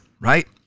right